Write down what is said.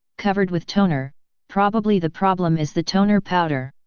covered with toner probably the problem is the toner powder.